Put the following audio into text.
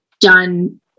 done